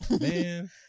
Man